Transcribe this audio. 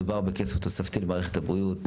מדובר בכסף תוספתי למערכת הבריאות,